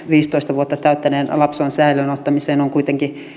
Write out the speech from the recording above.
viisitoista vuotta täyttäneen lapsen säilöön ottamiseen on